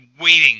waiting